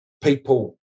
people